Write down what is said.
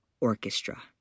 orchestra